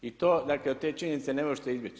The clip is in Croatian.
I to dakle, od te činjenice ne možete izbjeći.